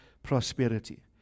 prosperity